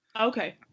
Okay